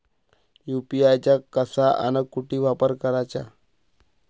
UPI चा कसा अन कुटी वापर कराचा?